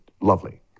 lovely